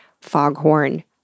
foghorn